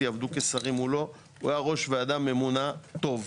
עבדו כשרים מולו הוא היה ראש ועדה ממונה טוב.